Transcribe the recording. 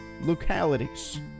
localities